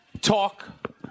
talk